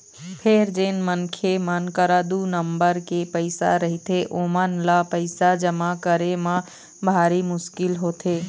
फेर जेन मनखे मन करा दू नंबर के पइसा रहिथे ओमन ल पइसा जमा करे म भारी मुसकिल होथे